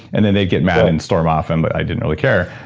and then they'd get mad and storm off, and but i didn't really care,